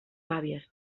gàbies